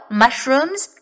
mushrooms